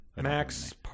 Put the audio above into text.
Max